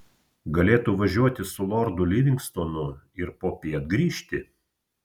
galėtų važiuoti su lordu livingstonu ir popiet grįžti